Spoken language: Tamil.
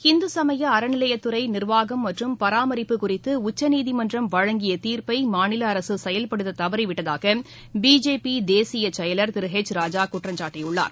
இந்துசமயஅறநிலையத்துறைநிர்வாகம் மற்றம் பராமரிப்பு குறித்தஉச்சநீதிமன்றம் வழங்கியதீர்ப்பைமாநிலஅரசுசெயல்படுத்ததவறிவிட்டதாகபிஜேபிதேசியசெயலர் திருஎச் ராஜாகுற்றம்சாட்டியுள்ளார்